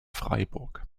freiburg